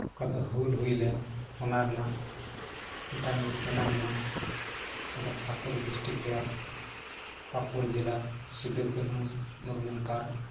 ᱚᱠᱟ ᱫᱚ ᱦᱩᱞ ᱦᱩᱭ ᱞᱮᱱ ᱚᱱᱟ ᱨᱮᱱᱟᱜ ᱢᱤᱫᱴᱮᱱ ᱱᱤᱥᱟᱱᱟ ᱢᱮᱱᱟᱜᱼᱟ ᱢᱮᱱᱫᱚ ᱯᱟᱹᱠᱩᱲ ᱰᱤᱥᱴᱤᱠ ᱨᱮᱭᱟᱜ ᱯᱟᱹᱠᱩᱲ ᱡᱮᱞᱟ ᱥᱤᱫᱷᱩ ᱠᱟᱹᱱᱦᱩ ᱢᱩᱨᱢᱩ ᱯᱟᱨᱠ